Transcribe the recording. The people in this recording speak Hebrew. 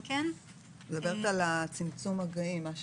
את מדברת על צמצום מגעים.